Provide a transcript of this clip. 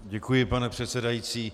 Děkuji, pane předsedající.